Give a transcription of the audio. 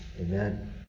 Amen